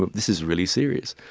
but this is really serious.